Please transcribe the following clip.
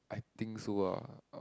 I think so ah or